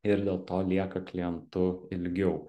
ir dėl to lieka klientu ilgiau